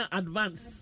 advance